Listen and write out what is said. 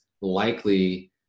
likely